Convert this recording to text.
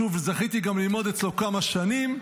שוב, זכיתי גם ללמוד אצלו כמה שנים.